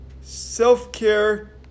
self-care